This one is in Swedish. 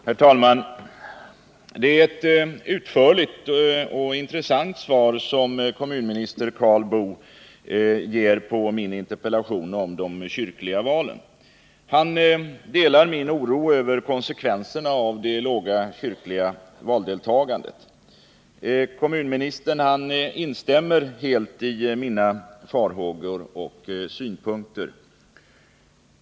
Herr talman! Det är ett utförligt och intressant svar som kommunminister Karl Boo ger på min interpellation om de kyrkliga valen. Han delar min oro över konsekvenserna av det låga deltagandet i de kyrkliga valen. Kommunministern instämmer helt i mina farhågor och synpunkter.